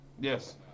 yes